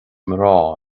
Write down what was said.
mná